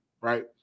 right